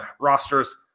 rosters